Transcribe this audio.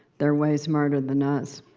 they're way smarter than us,